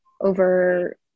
over